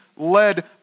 led